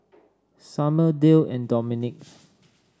Summer Dale and Dominique